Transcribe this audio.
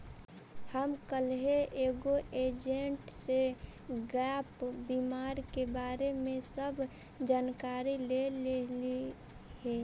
हम कलहे एगो एजेंट से गैप बीमा के बारे में सब जानकारी ले लेलीअई हे